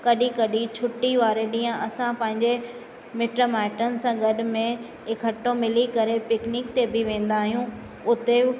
कॾहिं कॾहिं छुटी वारे ॾींहं असां पंहिंजे मिट माइटनि सां गॾु में इकठो मिली करे पिकनिक ते बि वेंदा आहियूं उते